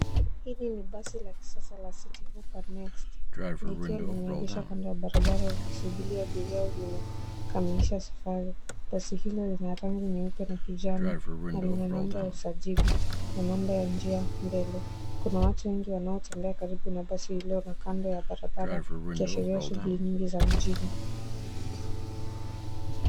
Hili ni basi la kisasa la Citi hoppa next likiwa limeegeshwa kando ya barabara likisubiri abiria limekamilisha safari. Basi hilo lina rangi nyeupe na kijani na lina namba ya usajili na namba ya njia mbele. Kuna watu wengi wanaotembea karibu na basi hilo na kando ya barabara ikiashiria shughuli nyingi za mjini.